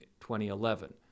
2011